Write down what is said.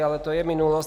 Ale to je minulost.